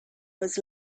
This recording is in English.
was